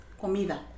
comida